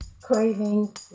craving